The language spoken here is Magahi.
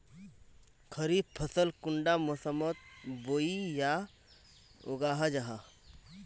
खरीफ फसल कुंडा मोसमोत बोई या उगाहा जाहा?